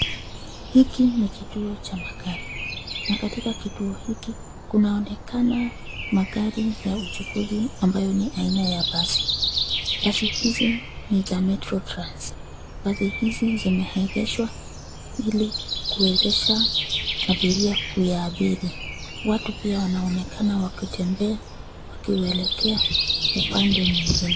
Hiki ni kituo cha magari, na katika kituo hiki kunaonekana magari ya uchukuzi ambayo ni aina ya basi. Basi hizi ni za Metro Trans. Basi hizi zimeegeshwa ili kuwezesha abiria kuyaabiri, watu pia wanaonekana wakitembea wakielekea upande mwengine.